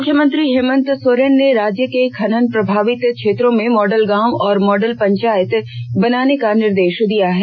मुख्यमंत्री हेमंत सोरेन ने राज्य के खनन प्रभावित क्षेत्रों में मॉडल गांव और मॉडल पंचायत बनाने का निर्देष दिया है